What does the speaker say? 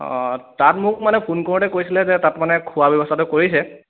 অঁ তাত মোক মানে ফোন কৰোঁতে কৈছিলে যে তাত মানে খোৱা ব্যৱস্থাটো কৰিছে